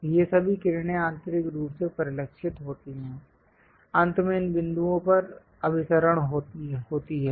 तो ये सभी किरणें आंतरिक रूप से परिलक्षित होती हैं अंत में इन बिंदुओं पर अभिसरण होती हैं